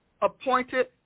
Appointed